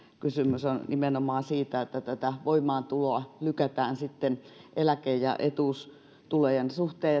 kysymys on nimenomaan siitä että tätä voimaantuloa lykätään eläke ja etuustulojen suhteen